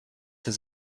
his